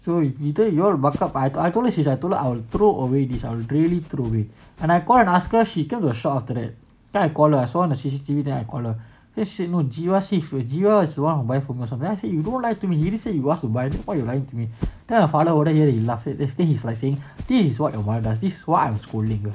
so you either y'all buck up I've or I've told her she's I will throw away these I will really throw away and I call and ask her she came to the shop after that then I call her I saw her on the C_C_T_V then I call her she say no eh jiwal said she jiwal is the one who buy food for us then I say eh you don't lie to me you already say you ask to buy why you lying to me then my father wasn't here he laughing basically he was saying this is what your mother does this is what I am scolding her